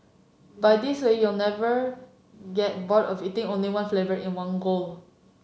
by this way you never get bored of eating only one flavour in one go